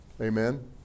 Amen